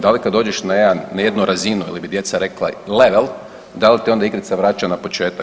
Da li kad dođeš na jednu razinu ili bi djeca rekla level da li te onda igrica vraća na početak?